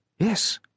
Yes